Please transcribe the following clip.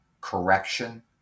correction